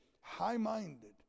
high-minded